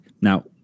now